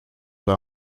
pas